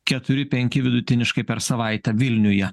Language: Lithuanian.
keturi penki vidutiniškai per savaitę vilniuje